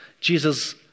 Jesus